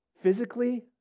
Physically